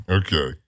okay